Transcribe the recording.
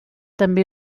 també